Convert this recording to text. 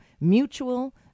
mutual